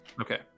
Okay